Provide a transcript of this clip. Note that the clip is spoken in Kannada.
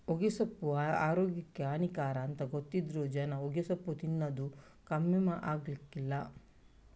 ಹೊಗೆಸೊಪ್ಪು ಆರೋಗ್ಯಕ್ಕೆ ಹಾನಿಕರ ಅಂತ ಗೊತ್ತಿದ್ರೂ ಜನ ಹೊಗೆಸೊಪ್ಪು ತಿನ್ನದು ಕಮ್ಮಿ ಆಗ್ಲಿಲ್ಲ